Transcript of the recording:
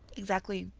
exactly.